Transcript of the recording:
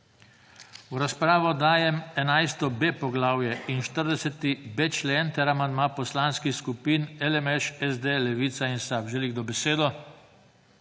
V razpravo dajem 11.b poglavje in 40.b člen ter amandma Poslanskih skupin LMŠ, SD, Levica in SAB. Želi kdo besedo?